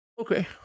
Okay